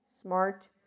smart